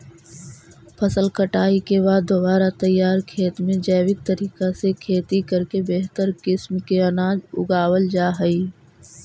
फसल कटाई के बाद दोबारा तैयार खेत में जैविक तरीका से खेती करके बेहतर किस्म के अनाज उगावल जा हइ